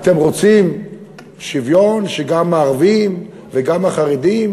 אתם רוצים שוויון שגם הערבים וגם החרדים,